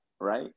Right